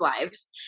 lives